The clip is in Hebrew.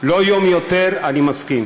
לא יום יותר, אני מסכים.